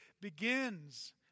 begins